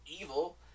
evil